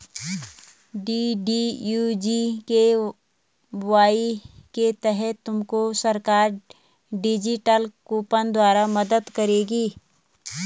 DDU GKY के तहत तुमको सरकार डिजिटल कूपन द्वारा मदद करेगी